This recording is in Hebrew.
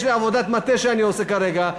יש לי עבודת מטה שאני עושה כרגע,